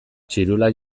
txirula